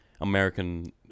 American